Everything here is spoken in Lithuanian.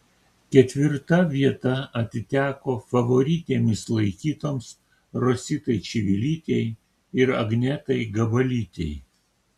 ketvirta vieta atiteko favoritėmis laikytoms rositai čivilytei ir agnetai gabalytei